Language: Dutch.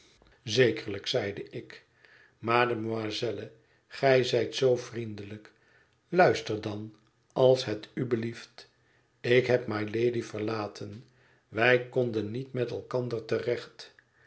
zekerlijk zeide ik mademoiselle gij zijt zoo vriendelijk luister dan als het u belieft ik heb mylady verlaten wij konden niet met elkander